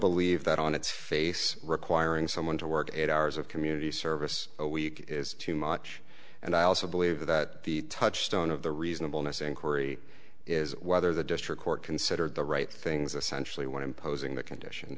believe that on its face requiring someone to work eight hours of community service a week is too much and i also believe that the touchstone of the reasonableness inquiry is whether the district court considered the right things essential you want to imposing the condition